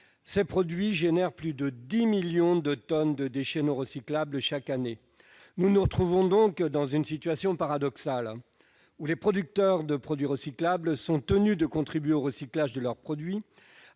Ces produits sont à l'origine de plus de 10 millions de tonnes de déchets non recyclables chaque année. Nous nous trouvons donc dans une situation paradoxale, où les producteurs de produits recyclables sont tenus de contribuer au recyclage de leurs produits,